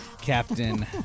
captain